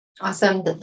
Awesome